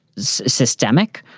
systemic.